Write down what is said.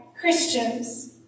Christians